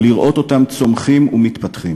לראות אותם צומחים ומתפתחים.